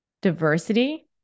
diversity